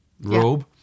robe